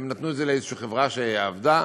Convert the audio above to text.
והן נתנו לאיזושהי חברה, שעבדה.